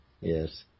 yes